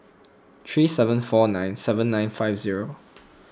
three seven four nine seven nine five zero